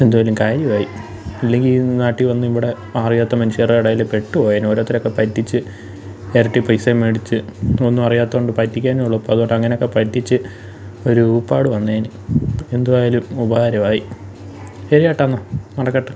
എന്തുമായാലും കാര്യമായി ഇല്ലെങ്കിൽ നാട്ടിൽ വന്നിവിടെ അറിയാത്ത മനുഷ്യരുടേൽ പെട്ട് പോയേനെ ഓരോരുത്തരൊക്കെ പറ്റിച്ച് ഇരട്ടി പൈസയും മേടിച്ച് ഒന്നും അറിയാത്തതു കൊണ്ട് പറ്റിക്കാനെളുപ്പമാണ് അതു കൊണ്ടങ്ങനെയൊക്കെ പറ്റിച്ച് ഒരൂപ്പാട് വന്നേനെ എന്തുവായാലും ഉപകാരമായി ശരിയേട്ടെന്നാൽ നടക്കട്ടെ